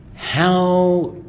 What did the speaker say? how,